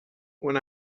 when